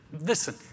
Listen